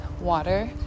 water